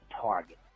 Target